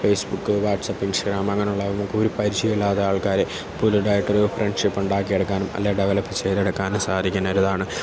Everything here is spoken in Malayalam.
ഫേയ്സ്ബുക്ക് വാട്സപ്പ് ഇൻസ്റ്റാഗ്രാം അങ്ങനെയുള്ള ഒരു പരിചയമില്ലാത്ത ആൾക്കാർ പുതുതായിട്ടൊരു ഫ്രണ്ട്ഷിപ്പ് ഉണ്ടാക്കിയെടുക്കാനും അല്ലെങ്കിൽ ഡെവലപ്പ് ചെയ്തെടുക്കാനും സാധിക്കുന്ന ഒരിതാണ്